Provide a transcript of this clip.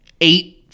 eight